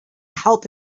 help